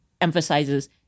emphasizes